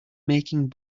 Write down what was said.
making